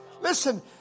Listen